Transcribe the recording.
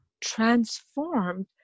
transformed